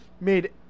made